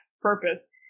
purpose